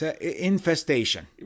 infestation